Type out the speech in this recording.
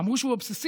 אמרו שהוא אובססיבי,